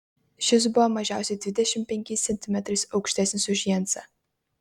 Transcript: šis buvo mažiausiai dvidešimt penkiais centimetrais aukštesnis už jensą